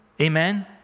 Amen